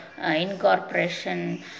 incorporation